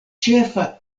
ĉefa